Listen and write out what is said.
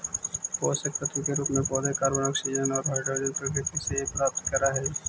पोषकतत्व के रूप में पौधे कॉर्बन, ऑक्सीजन और हाइड्रोजन प्रकृति से ही प्राप्त करअ हई